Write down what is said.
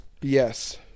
Yes